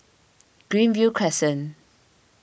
Greenview Crescent